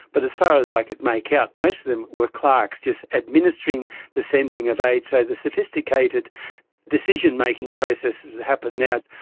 but as far as i could make out, most of them were clerks, just administering the sending of aid. so the sophisticated decision-making processes that happen now,